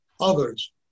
others